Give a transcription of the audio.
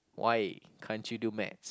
why can't you do Maths